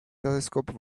telescope